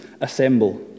assemble